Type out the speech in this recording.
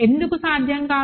ఎందుకు సాధ్యం కాదు